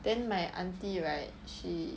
then my aunty right she